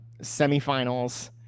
semifinals